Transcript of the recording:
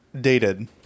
dated